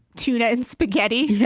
tuna and spaghetti,